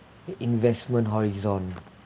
investment horizon